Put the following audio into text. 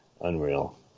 unreal